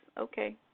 Okay